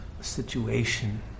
situation